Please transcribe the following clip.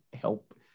help